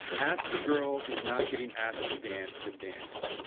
ask the girl who's not getting asked to dance to dance.